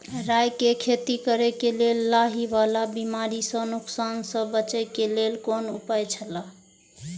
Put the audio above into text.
राय के खेती करे के लेल लाहि वाला बिमारी स नुकसान स बचे के लेल कोन उपाय छला?